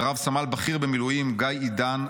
ורב-סמל בכיר (במיל') גיא עידן,